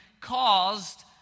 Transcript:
caused